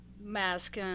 mask